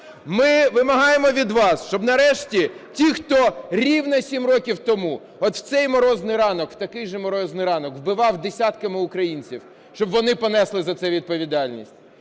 Ми вимагаємо від вас, щоб нарешті ті, хто рівно 7 років тому, от в цей морозний ранок, в такий же морозний ранок, вбивав десятками українців, щоб вони понесли за це відповідальність.